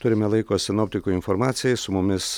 turime laiko sinoptikų informacijai su mumis